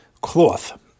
cloth